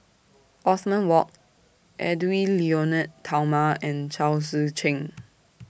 Othman Wok Edwy Lyonet Talma and Chao Tzee Cheng